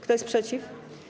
Kto jest przeciw?